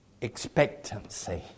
expectancy